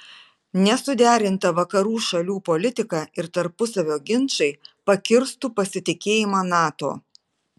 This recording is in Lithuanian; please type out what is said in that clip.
nesuderinta vakarų šalių politika ir tarpusavio ginčai pakirstų pasitikėjimą nato